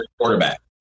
quarterback